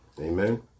amen